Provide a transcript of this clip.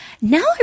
now